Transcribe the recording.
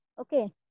Okay